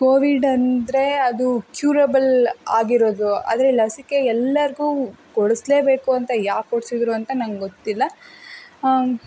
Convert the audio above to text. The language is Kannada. ಕೋವಿಡ್ ಅಂದರೆ ಅದು ಕ್ಯುರಬಲ್ ಆಗಿರೋದು ಆದರೆ ಲಸಿಕೆ ಎಲ್ಲರಿಗೂ ಕೊಡಿಸ್ಲೇ ಬೇಕು ಅಂತ ಯಾಕೆ ಕೊಡಿಸಿದ್ರು ಅಂತ ನಂಗೆ ಗೊತ್ತಿಲ್ಲ